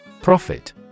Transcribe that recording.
Profit